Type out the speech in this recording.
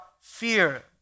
fear